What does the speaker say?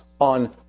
on